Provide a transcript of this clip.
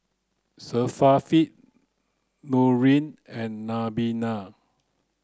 Syafiq Nurin and Nabila